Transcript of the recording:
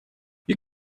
you